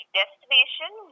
destination